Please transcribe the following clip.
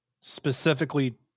specifically